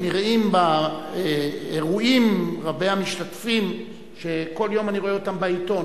נראים באירועים רבי-המשתתפים שכל יום אני רואה בעיתון.